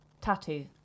Tattoo